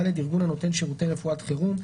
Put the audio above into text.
ארגון הנותן שירותי רפואת חירום.